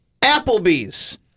Applebee's